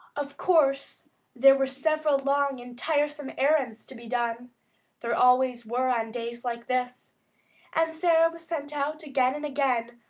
of course there were several long and tiresome errands to be done there always were on days like this and sara was sent out again and again,